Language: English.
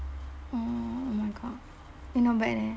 orh oh my god eh not bad leh